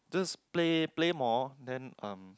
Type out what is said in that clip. just play play more then um